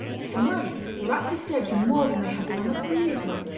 tonight the rats disturbed him more than they had done on the previous night.